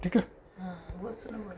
ਠੀਕ ਆ ਹਾਂ ਬਹੁਤ ਸੋਹਣਾ ਬੋਲਿਆ